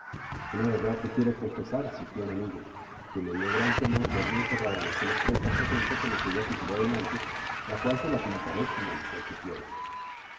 una verdad te quiero confesar cipión amigo que me dio gran temor verme encerrado en aquel estrecho aposento con aquella figura delante la cual te la pintaré como mejor